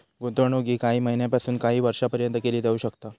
गुंतवणूक ही काही महिन्यापासून काही वर्षापर्यंत केली जाऊ शकता